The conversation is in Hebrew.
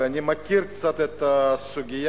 ואני מכיר קצת את הסוגיה,